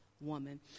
woman